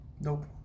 Nope